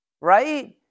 Right